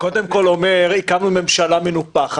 קודם כול אתה אומר שהקמתם ממשלה מנופחת,